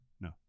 no